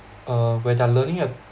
uh where they are learning a